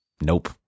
nope